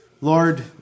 Lord